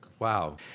Wow